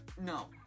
no